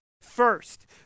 first